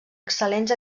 excel·lents